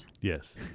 Yes